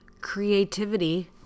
creativity